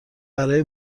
برای